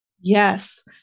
Yes